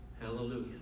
Hallelujah